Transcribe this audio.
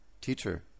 Teacher